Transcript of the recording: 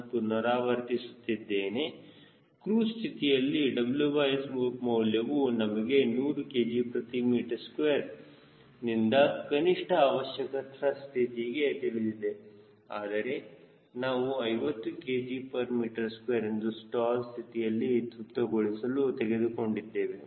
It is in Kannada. ನಾನು ಪುನರಾವರ್ತಿಸುತ್ತಿದ್ದೇನೆ ಕ್ರೂಜ್ ಸ್ಥಿತಿಯಲ್ಲಿ WS ಮೌಲ್ಯವು ನಮಗೆ 100 kgm2 ನಿಂದು ಕನಿಷ್ಠ ಅವಶ್ಯಕ ತ್ರಸ್ಟ್ ಸ್ಥಿತಿಗೆ ತಿಳಿದಿದೆ ಆದರೆ ನಾವು 50 kgm2 ಎಂದು ಸ್ಟಾಲ್ ಸ್ಥಿತಿಯನ್ನು ತೃಪ್ತಿಗೊಳಿಸಲು ತೆಗೆದುಕೊಂಡಿದ್ದೇವೆ